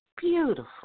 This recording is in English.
beautiful